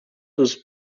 was